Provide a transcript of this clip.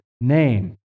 name